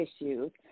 issues